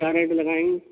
کیا ریٹ لگائیں گے